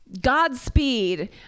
Godspeed